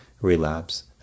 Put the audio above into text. relapse